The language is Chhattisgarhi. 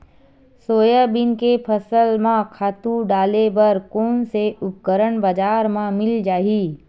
सोयाबीन के फसल म खातु डाले बर कोन से उपकरण बजार म मिल जाहि?